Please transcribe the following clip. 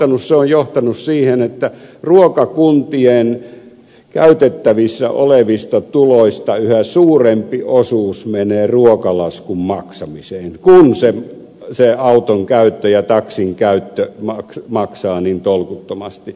se on johtanut siihen että ruokakuntien käytettävissä olevista tuloista yhä suurempi osuus menee ruokalaskun maksamiseen kun se auton käyttö ja taksin käyttö maksaa niin tolkuttomasti